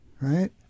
right